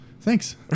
thanks